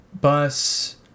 bus